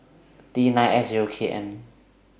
T nine F Zero K M